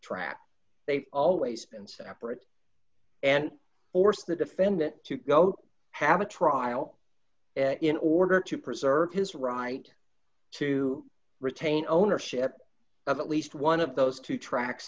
trap they've always been separate and orse the defendant to go have a trial in order to preserve his right to retain ownership of at least one of those two tracks